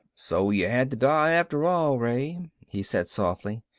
so you had to die after all, ray, he said softly.